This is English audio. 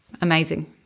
Amazing